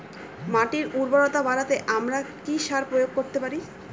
মাটির উর্বরতা বাড়াতে আমরা কি সার প্রয়োগ করতে পারি?